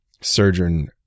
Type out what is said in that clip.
surgeon